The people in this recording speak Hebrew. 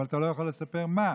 אבל אתה לא יכול לספר מה?